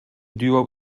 duo